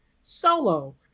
solo